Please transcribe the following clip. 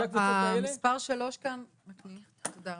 מה